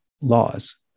laws